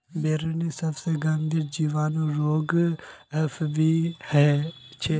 बिर्निर सबसे गंभीर जीवाणु रोग एफ.बी छे